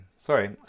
Sorry